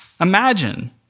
Imagine